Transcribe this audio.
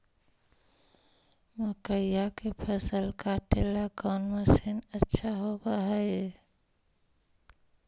मकइया के फसल काटेला कौन मशीन अच्छा होव हई?